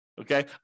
okay